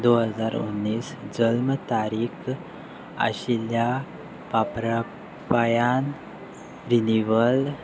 दो हजार उन्नीस जल्म तारीख आशिल्ल्या वापरापायान रिनीवल